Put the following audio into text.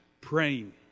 praying